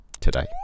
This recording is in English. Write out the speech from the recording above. today